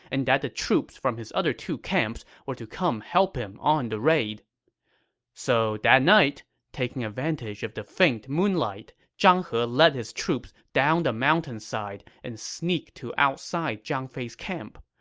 and that the troops from his other two camps were to come help him on the raid so that night, taking advantage of the faint moonlight, zhang he led his troops down the mountainside and sneaked to outside zhang fei's camp.